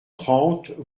trente